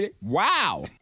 Wow